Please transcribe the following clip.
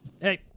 Hey